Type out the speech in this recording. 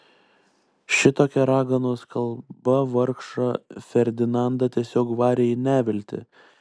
šitokia raganos kalba vargšą ferdinandą tiesiog varė į neviltį